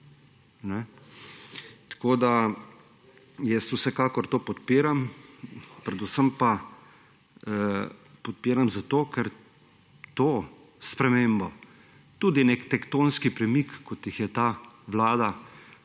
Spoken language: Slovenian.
Jaz vsekakor to podpiram, predvsem pa podpiram zato, ker to spremembo, tudi nek tektonski premik, kot jih je ta vlada